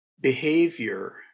behavior